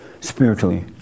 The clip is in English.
spiritually